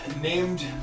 named